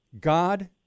God